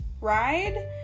ride